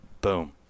Boom